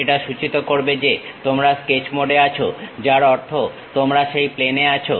এটা সূচিত করবে যে তোমরা স্কেচ মোডে আছো যার অর্থ তোমরা সেই প্লেনে আছো